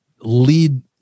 lead